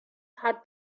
had